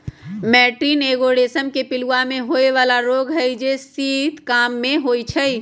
मैटीन एगो रेशम के पिलूआ में होय बला रोग हई जे शीत काममे होइ छइ